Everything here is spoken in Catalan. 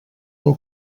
del